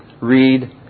read